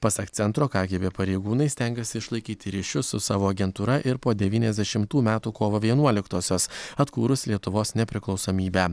pasak centro kgb pareigūnai stengėsi išlaikyti ryšius su savo agentūra ir po devyniasdešimtų metų kovo vienuoliktosios atkūrus lietuvos nepriklausomybę